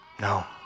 No